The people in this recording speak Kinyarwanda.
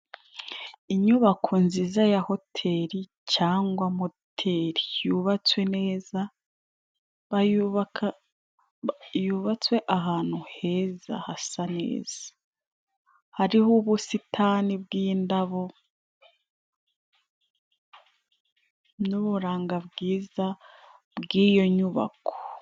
Inyubako nziza ya hoteri cangwa moteri yubatswe neza ,bayubaka yubatswe ahantu heza hasa neza, hariho ubusitani bw'indabo n'uburanga bwiza bwiyo nyubako.